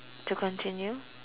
to continue